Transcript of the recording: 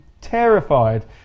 terrified